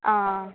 ആ